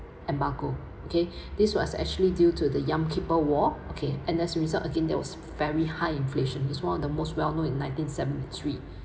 embargo okay this was actually due to the yom kippur war okay and as a result again that was very high inflation it's one of the most well known in nineteen seventy three